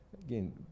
Again